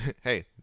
Hey